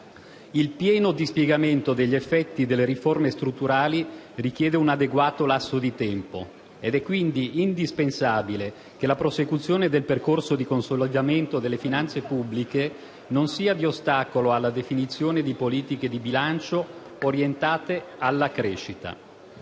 II pieno dispiegamento degli effetti delle riforme strutturali richiede un adeguato lasso di tempo ed è quindi indispensabile che la prosecuzione del percorso di consolidamento delle finanze pubbliche non sia di ostacolo alla definizione di politiche di bilancio orientate alla crescita.